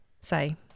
say